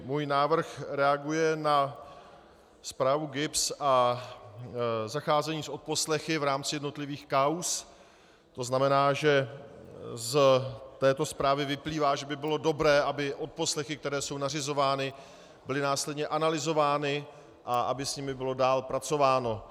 Můj návrh reaguje na zprávu GIBS a zacházení s odposlechy v rámci jednotlivých kauz, to znamená, že z této zprávy vyplývá, že by bylo dobré, aby odposlechy, které jsou nařizovány, byly následně analyzovány a aby s nimi bylo dál pracováno.